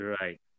Right